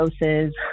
Doses